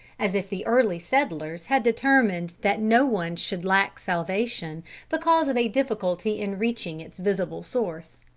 as if the early settlers had determined that no one should lack salvation because of a difficulty in reaching its visible source.